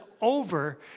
over